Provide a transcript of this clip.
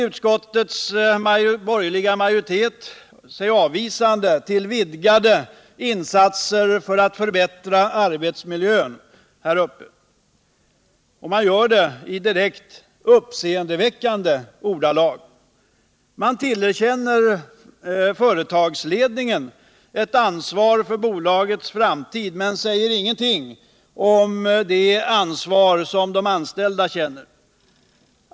Utskottets borgerliga majoritet ställer sig avvisande till vidgade insatser för att förbättra arbetsmiljön. Och man gör det i direkt uppseendeväckande ordalag. Man tillerkänner företagsledningen ansvar för bolagets framtid men säger ingenting om det ansvar som de anställda känner.